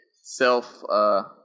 self